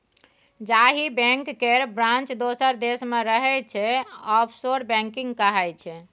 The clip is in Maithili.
जाहि बैंक केर ब्रांच दोसर देश मे रहय छै आफसोर बैंकिंग कहाइ छै